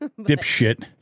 Dipshit